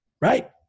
Right